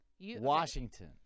Washington